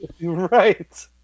Right